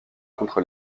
contre